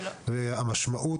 המשמעות,